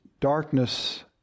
darkness